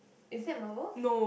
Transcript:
is that marbles